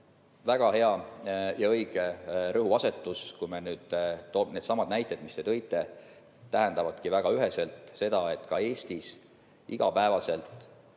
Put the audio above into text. Väga hea ja õige rõhuasetus. Needsamad näited, mis te tõite, tähendavadki väga üheselt seda, et ka Eestis igapäevaselt